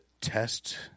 test